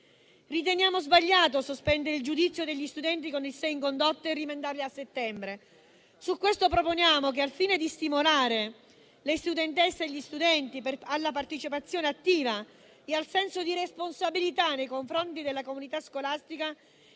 Riteniamo inoltre sbagliato sospendere il giudizio degli studenti con 6 in condotta e rimandarli a settembre: su questo proponiamo che, al fine di stimolare le studentesse e gli studenti alla partecipazione attiva e al senso di responsabilità nei confronti della comunità scolastica,